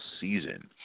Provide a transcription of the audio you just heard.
season